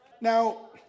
Now